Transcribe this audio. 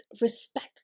respect